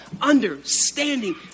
understanding